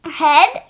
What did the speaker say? head